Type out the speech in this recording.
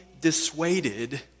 dissuaded